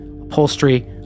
upholstery